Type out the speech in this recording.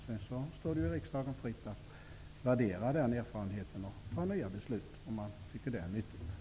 Sedan står det riksdagen fritt att värdera gjorda erfarenheter och fatta fler beslut om det anses nyttigt.